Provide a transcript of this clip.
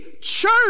church